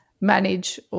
manage